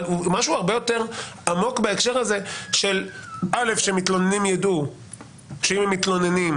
אבל הוא משהו הרבה יותר עמוק בהקשר הזה שמתלוננים ידעו שאם הם מתלוננים,